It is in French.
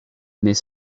mais